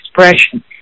expression